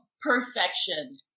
perfection